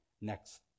next